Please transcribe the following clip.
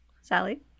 Sally